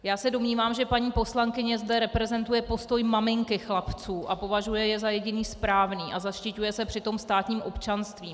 Já se domnívám, že paní poslankyně zde reprezentuje postoj maminky chlapců a považuje jej za jediný správný a zaštiťuje se přitom státním občanstvím.